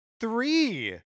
three